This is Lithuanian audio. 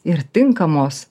ir tinkamos